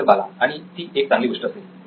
professor Bala आणि ती एक चांगली गोष्ट असेल